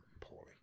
poorly